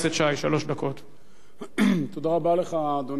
אדוני היושב-ראש, תודה רבה לך, חברי חברי הכנסת,